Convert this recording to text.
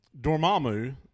Dormammu